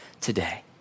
today